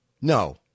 no